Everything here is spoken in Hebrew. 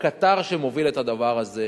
הקטר שמוביל את הדבר הזה,